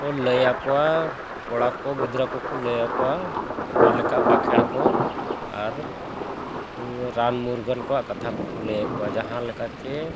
ᱠᱚ ᱞᱟᱹᱭᱟᱠᱚᱣᱟ ᱠᱚᱲᱟ ᱠᱚ ᱜᱤᱫᱽᱨᱟᱹ ᱠᱚᱠᱚ ᱞᱟᱹᱭᱟᱠᱚᱣᱟ ᱚᱠᱟ ᱞᱮᱠᱟ ᱵᱟᱸᱠᱷᱮᱬ ᱠᱚ ᱟᱨ ᱨᱟᱱ ᱢᱩᱨᱜᱟᱹᱱ ᱠᱚᱣᱟᱜ ᱠᱟᱛᱷᱟ ᱠᱚᱠᱚ ᱞᱟᱹᱭᱟᱠᱚᱣᱟ ᱡᱟᱦᱟᱸ ᱞᱮᱠᱟ ᱪᱮ